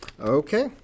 Okay